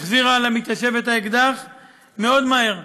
שהחזירה למתיישב את האקדח מאוד מהר.